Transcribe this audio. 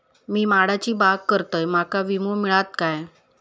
मी माडाची बाग करतंय माका विमो मिळात काय?